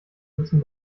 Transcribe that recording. müssen